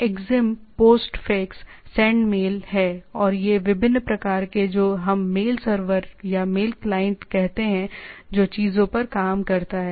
तो Exim Postfix Sendmail हैं और ये विभिन्न प्रकार हैं जो हम मेल सर्वर या मेल क्लाइंट कहते हैं जो चीजों पर काम करता है